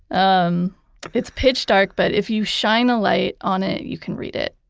um it's pitch dark, but if you shine a light on it, you can read it.